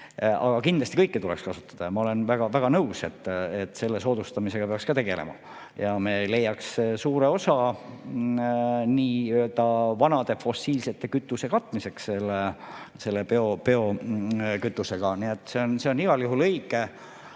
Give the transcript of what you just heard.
Aga kindlasti kõike tuleks kasutada. Ma olen väga nõus, et selle soodustamisega peaks ka tegelema. Me leiaksime suure osa nii-öelda vanade fossiilsete kütuste katmiseks selle biokütusega. Nii et see on igal juhul õige. Aga